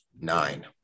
nine